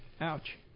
ouch